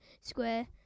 square